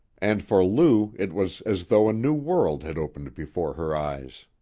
and for lou it was as though a new world had opened before her eyes.